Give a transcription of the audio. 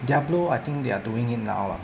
diablo I think they are doing it now lah